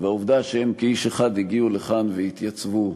והעובדה שהם כאיש אחד הגיעו לכאן והתייצבו,